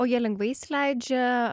o jie lengvai įsileidžia